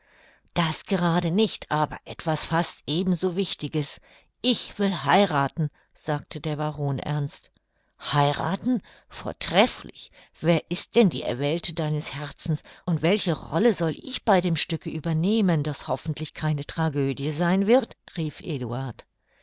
das gerade nicht aber etwas fast eben so wichtiges ich will heirathen sagte der baron ernst heirathen vortrefflich wer ist denn die erwählte deines herzens und welche rolle soll ich bei dem stücke übernehmen das hoffentlich keine tragödie sein wird rief eduard